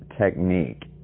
technique